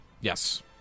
Yes